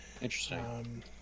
Interesting